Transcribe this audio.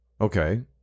Okay